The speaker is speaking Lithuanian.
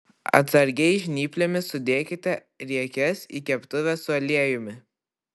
atsargiai žnyplėmis sudėkite riekes į keptuvę su aliejumi